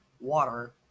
water